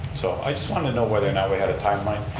so i just wanted to know whether or not we had a timeline.